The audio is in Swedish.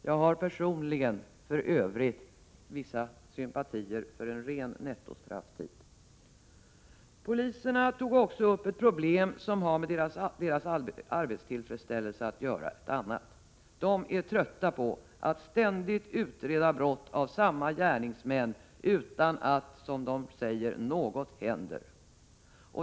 Jag har personligen för övrigt vissa sympatier för en ren nettostrafftid. 117 Poliserna tog också upp ett problem som har med deras arbetstillfredsställelse att göra. De är trötta på att ständigt utreda brott av samma gärningsmän utan att, som de säger, något händer.